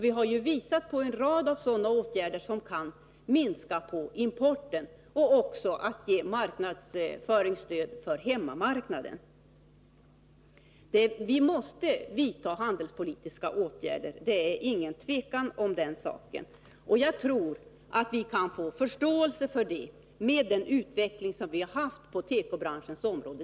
Vi har visat på en rad sådana åtgärder som kan minska importen och även ge marknadsföringsstöd för hemmamarknaden. Vi måste vidta handelspolitiska åtgärder — det är inget tvivel om den saken. Jag tror att vi kan få förståele för det, med den utveckling som vi haft på tekobranschens område.